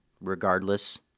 regardless